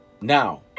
Now